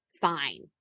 fine